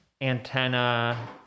antenna